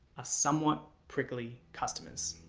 somewhat prickly customers.